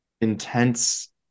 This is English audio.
intense